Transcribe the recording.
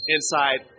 inside